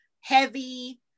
heavy